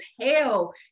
hell